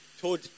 Told